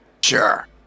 Sure